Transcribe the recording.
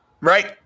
Right